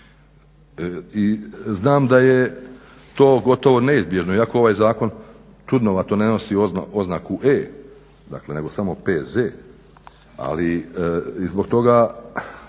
i znam da je to gotovo neizbježno iako ovaj zakon čudnovato ne nosi oznaku E dakle nego samo PZ ali zbog toga,